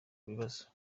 bibazo